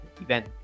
event